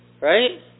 right